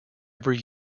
every